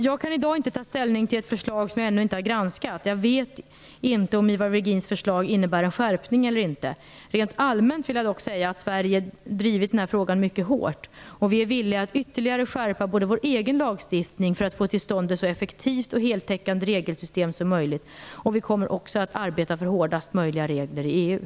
Jag kan i dag inte ta ställning till ett förslag som jag ännu inte har granskat. Jag vet inte om Ivar Virgins förslag innebär en skärpning eller inte. Rent allmänt vill jag dock säga att Sverige drivit exportförbudsfrågan mycket hårt. Vi är villiga att ytterligare skärpa vår egen lagstiftning för att få till stånd ett så effektivt och heltäckande regelsystem som möjligt. Vi kommer också att arbeta för hårdast möjliga regler i